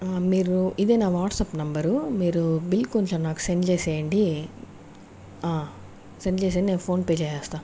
మీరు ఇదే నా వాట్సాప్ నంబరు మీరు బిల్లు కొంచెం నాకు సెండ్ చేసేయండి సెండ్ చేసేయండి నేను ఫోన్ పే చేసేస్తా